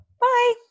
Bye